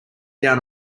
down